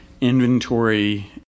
Inventory